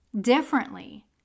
differently